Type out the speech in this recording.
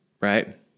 Right